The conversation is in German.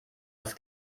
das